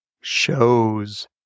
shows